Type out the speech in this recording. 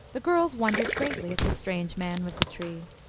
the girls wondered greatly at the strange man with the tree.